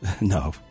No